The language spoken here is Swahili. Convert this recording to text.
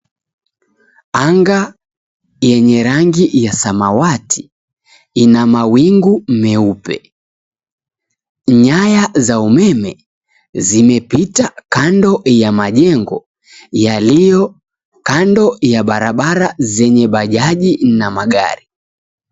Anga yenye rangi ya samawati, ina mawingu meupe. Nyaya za umeme, zimepita kando ya majengo yaliyo kando ya barabara zenye bajaji na magari.